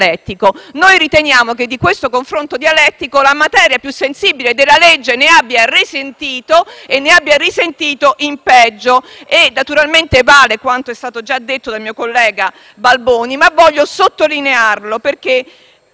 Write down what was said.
Noi riteniamo che di questo confronto dialettico la materia più sensibile del provvedimento ne abbia risentito in peggio. Naturalmente vale quanto è stato già detto dal mio collega Balboni, ma voglio sottolinearlo, perché